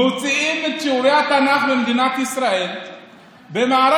שמוציאים את שיעורי התנ"ך במדינת ישראל ממערכת